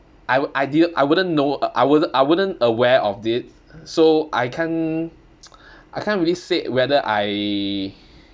I w~ I didn't I wouldn't know I wouldn't I wouldn't aware of it so I can't I can't really say whether I